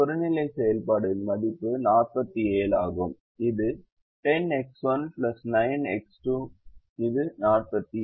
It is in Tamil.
புறநிலை செயல்பாடு மதிப்பு 47 ஆகும் இது 10X1 9X2 இது 47